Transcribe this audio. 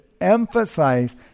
emphasize